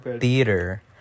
theater